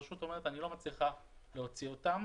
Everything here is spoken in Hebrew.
הרשות אומרת היא לא מצליחה להוציא אותם,